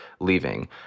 leaving